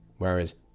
whereas